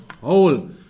whole